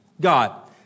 God